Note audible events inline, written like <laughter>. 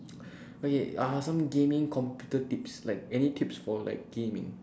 <noise> <breath> wait ah some gaming computer tips like any tips for like gaming